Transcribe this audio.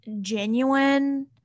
genuine